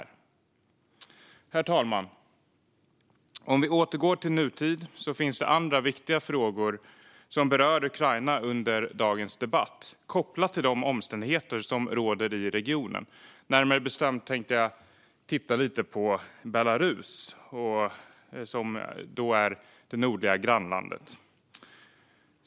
Herr talman! För att återgå till nutid finns det andra viktiga frågor som berör Ukraina under dagens debatt kopplat till de omständigheter som råder i regionen. Jag tänker närmare bestämt på Ukrainas nordliga grannland Belarus.